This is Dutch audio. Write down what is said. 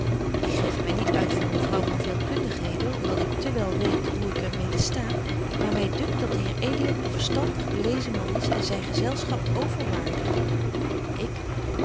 ik geef my niet uit voor een vrouw van veel kundigheden om dat ik te wel weet hoe ik er mede sta maar my dunkt dat de heer edeling een verstandig belezen man is en zyn gezelschap overwaardig ik